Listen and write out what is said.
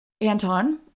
Anton